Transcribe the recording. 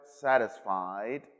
satisfied